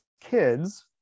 kids